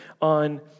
on